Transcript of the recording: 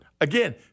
Again